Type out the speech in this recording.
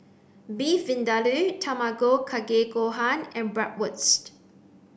Beef Vindaloo Tamago Kake Gohan and Bratwurst